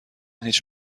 هیچ